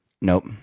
Nope